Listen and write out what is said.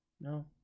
No